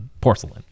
porcelain